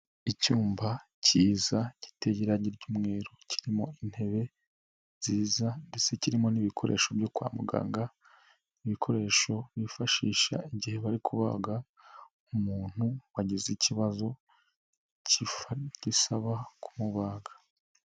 Icyumba kiza giteranye ry'umweru, kirimo intebe nziza ndetse kirimo n'ibikoresho byo kwa muganga, ni ibikoresho bifashisha igihe bari kubaga umuntu wagize ikibazo, gisaba kumubaga.